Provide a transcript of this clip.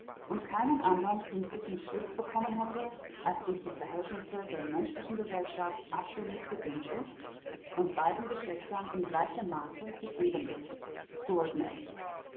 und keinen andern künstlichen schliff bekommen hätte als durch die verhältnisse der menschlichen gesellschaft absolut bedingt ist und beiden geschlechtern in gleichem maße gegeben wird